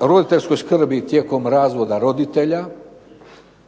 roditeljskoj skrbi tijekom razvoda roditelja,